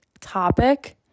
topic